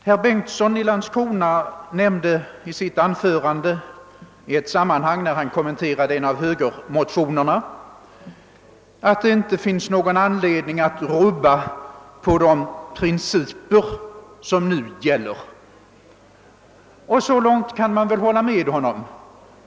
Herr Bengtsson i Landskrona nämnde i ett sammanhang, när han kommenterade en av högermotionerna, att det inte finns någon anledning att rubba på de principer som nu gäller. Och så långt kan man väl hålla med honom.